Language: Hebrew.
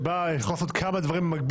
ואני חושב שזה מה שקורה בשטח,